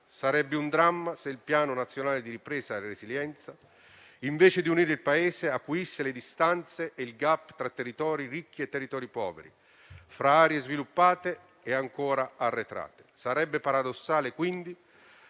Sarebbe un dramma se il Piano nazionale di ripresa e resilienza, invece di unire il Paese, acuisse le distanze e il *gap* tra territori ricchi e territori poveri, fra aree sviluppate e aree arretrate. Sarebbe paradossale se